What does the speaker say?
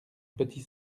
petit